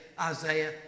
Isaiah